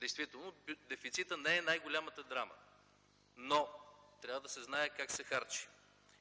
Действително дефицитът не е най-голямата драма, но трябва да се знае как се харчи